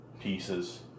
pieces